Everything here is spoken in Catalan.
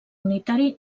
unitari